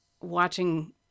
watching